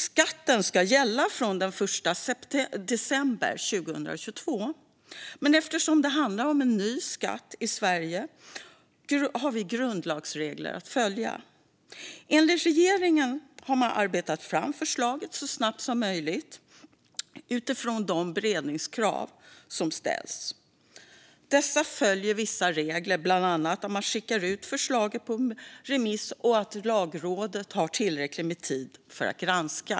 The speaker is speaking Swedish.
Skatten ska gälla från den 1 december 2022, men eftersom det handlar om en ny skatt i Sverige har vi grundlagsregler att följa. Enligt regeringen har man arbetat fram förslaget så snabbt som möjligt utifrån de beredningskrav som ställs. Dessa följer vissa regler, bland annat om att man ska skicka ut förslaget på remiss och att Lagrådet ska ha tillräckligt med tid för att granska.